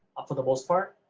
up for the most part,